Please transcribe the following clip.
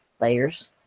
layers